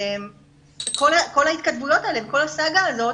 כל ההתכתבויות האלה וכל הסאגה הזאת